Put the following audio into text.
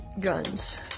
guns